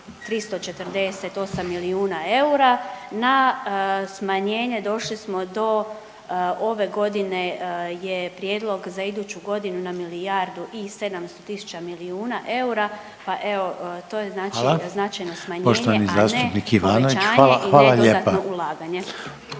348 milijuna eura na smanjenje došli smo do ove godine je prijedlog za iduću godinu na milijardu i 700 000 milijuna eura, pa evo to je znači značajno smanjenje a ne povećanje … …/Upadica